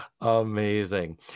amazing